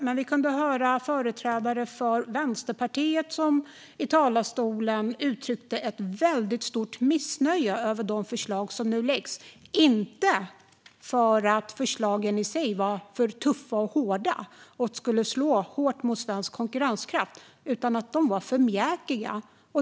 Men vi kunde höra företrädare för Vänsterpartiet i talarstolen uttrycka ett väldigt stort missnöje med de förslag som nu läggs fram, inte för att förslagen i sig är för tuffa och hårda och skulle slå hårt mot svensk konkurrenskraft, utan för att de är för mjäkiga.